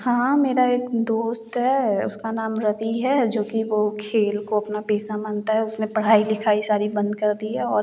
हाँ मेरा एक दोस्त है उसका नाम रवि है जो कि वो खेल को अपना पेशा मानता है उसने पढ़ाई लिखाई सारी बंद कर दी है और